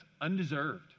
Undeserved